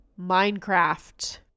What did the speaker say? Minecraft